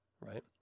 right